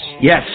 Yes